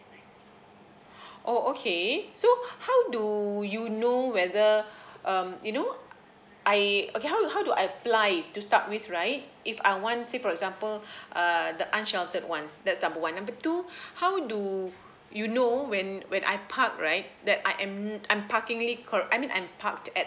oh okay so how do you know whether um you know I okay how how do I apply to start with right if I want say for example err the unsheltered ones that's number one number two how do you know when when I parked right that I am mm I'm parkingly correct I mean I'm parked at